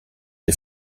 des